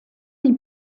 die